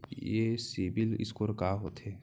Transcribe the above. ये CIBIL score का होथे?